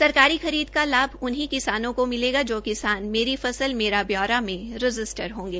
सरकारी खरीद का लाभ उन्हीं किसानों को मिलेगा जो किसान मेरी फसल मेरा ब्यौरा में रजिस्ट्रर होंगे